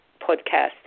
podcast